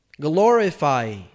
Glorify